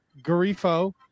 Garifo